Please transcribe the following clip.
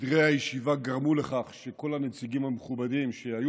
שסדרי הישיבה גרמו לכך שכל הנציגים המכובדים שהיו